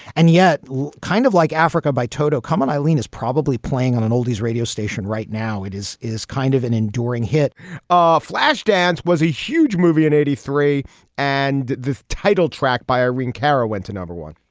and yet kind of like africa by toto. come on. eileen is probably playing on an oldies radio station right now it is is kind of an enduring hit of flashdance was a huge movie in eighty three and the title track by irene cara went to number one